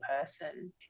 person